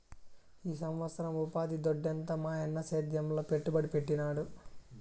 ఈ సంవత్సరం ఉపాధి దొడ్డెంత మాయన్న సేద్యంలో పెట్టుబడి పెట్టినాడు